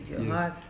Yes